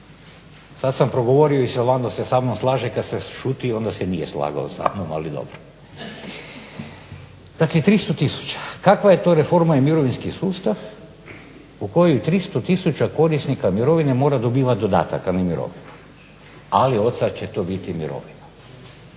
sad sam progovorio i … /Ne razumije se./…sa mnom slaže, kad se šuti onda se nije slagao sa mnom ali dobro. Dakle 300 tisuća, kakva je to reforma i mirovinski sustav u kojem 300 tisuća korisnika mirovine mora dobivati dodatak, a ne mirovinu, ali odsad će to biti mirovina.